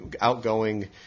outgoing